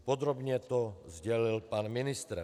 Podrobně to sdělil pan ministr.